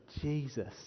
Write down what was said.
Jesus